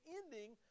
ending